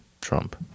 Trump